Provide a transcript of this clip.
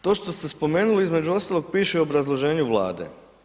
To što ste spomenuli između ostalog piše u obrazloženju Vlade.